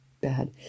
bad